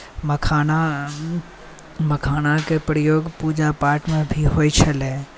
मखानाके प्रयोग पूजा पाठमे भी होइत छलै